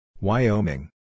Wyoming